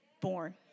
born